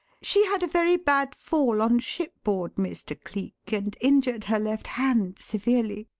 she had a very bad fall on shipboard, mr. cleek, and injured her left hand severely!